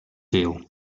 deal